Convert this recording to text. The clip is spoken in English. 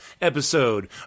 episode